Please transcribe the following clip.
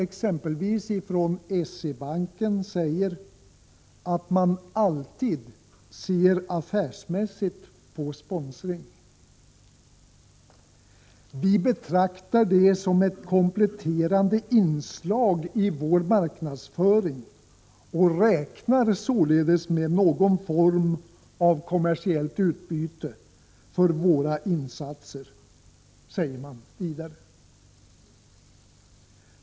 Exempelvis från SE-banken säger man att man alltid stimulera ungser affärsmässigt på sponsring. Man betraktar sponsring som ett komplettedomens idrottsutrande inslag i sin marknadsföring och räknar således med någon form av övning kommersiellt utbyte för sina insatser.